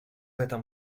этом